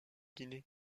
guinée